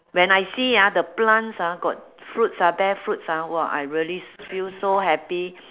when I see ah the plants ah got fruits ah bear fruits ah !wah! I really s~ feel so happy